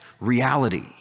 reality